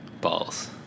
Balls